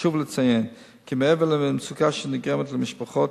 חשוב לציין כי מעבר למצוקה שנגרמת למשפחות,